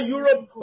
Europe